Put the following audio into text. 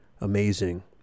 amazing